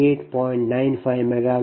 95 MW P g2 185